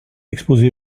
exposé